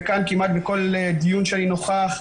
וכאן כמעט בכל דיון שאני נוכח,